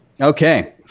Okay